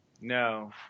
No